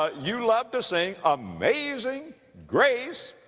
ah you love to sing, amazing grace,